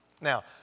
Now